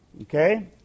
Okay